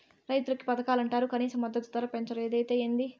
రైతులకి పథకాలంటరు కనీస మద్దతు ధర పెంచరు ఏదైతే ఏంది